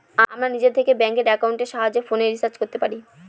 আমরা নিজে থেকে ব্যাঙ্ক একাউন্টের সাহায্যে ফোনের রিচার্জ করতে পারি